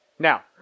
Now